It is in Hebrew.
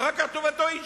אחר כך טובתו האישית.